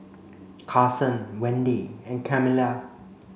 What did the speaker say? Carsen Wendi and Camilla